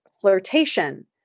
flirtation